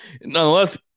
nonetheless